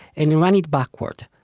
and you run it backward.